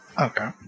Okay